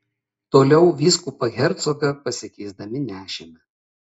toliau vyskupą hercogą pasikeisdami nešėme